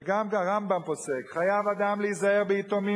וגם הרמב"ם פוסק: חייב אדם להיזהר ביתומים